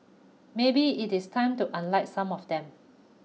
maybe it is time to unlike some of them